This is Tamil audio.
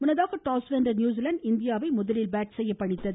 முன்னதாக டாஸ் வென்ற நியூசிலாந்து இந்தியாவை முதலில் பேட் செய்ய பணித்தது